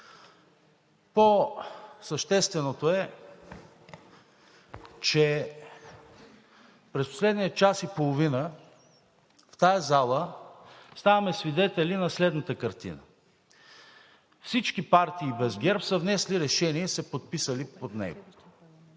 По-същественото е, че през последния час и половина в тази зала ставаме свидетели на следната картина: всички партии, без ГЕРБ-СДС, са внесли решение и са се подписали под него,